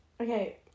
Okay